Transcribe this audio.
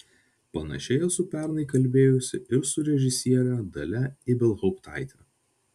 panašiai esu pernai kalbėjusi ir su režisiere dalia ibelhauptaite